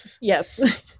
Yes